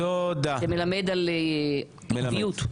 זה מלמד על עקביות.